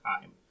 time